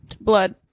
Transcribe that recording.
Blood